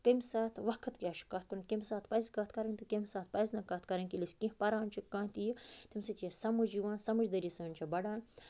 کَمہِ ساتہٕ وقت کیٛاہ چھُ کتھ کَرنُک کمہِ ساتہٕ پَزِ کَتھ کَرٕنۍ تہٕ کمہِ ساتہٕ پزِ نہٕ کتھ کَرٕنۍ ییٚلہِ أسۍ کیٚنٛہہ پَران چھِ کانٛہہ تہِ یہِ تَمہِ ستۍ چھِ اَسہِ یہِ سَمجھ یِوان سمجھ دٲری سان چھُ بَڈان